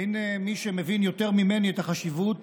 אין מי שמבין יותר ממני את החשיבות